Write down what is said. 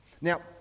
Now